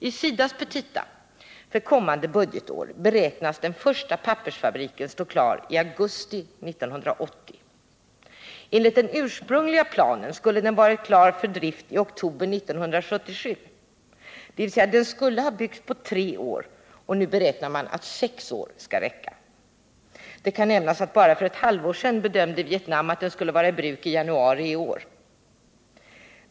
I SIDA:s petita för kommande budgetår beräknas den första pappersfabriken stå klar i augusti 1980. Enligt den ursprungliga planen skulle den ha varit klar för drift i oktober 1977, dvs. den skulle ha byggts på tre år. Nu beräknar man att sex år skall åtgå. Det kan nämnas att bara för ett halvår sedan bedömde Vietnam att den skulle vara i bruk i januari i år.